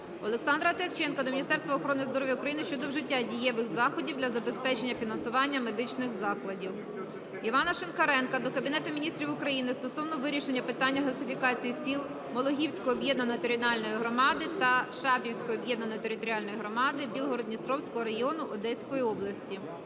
Олександра Ткаченка до Міністерства охорони здоров'я України щодо вжиття дієвих заходів для забезпечення фінансування медичних закладів. Олександра Ткаченка та Івана Шинкаренка до Кабінету Міністрів України стосовно вирішення питання газифікації сіл Мологівської об'єднаної територіальної громади та Шабівської об'єднаної територіальної громади Білгород-Дністровського району Одеської області.